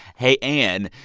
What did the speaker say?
hey, ann,